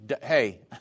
hey